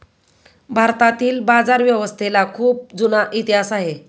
भारतातील बाजारव्यवस्थेला खूप जुना इतिहास आहे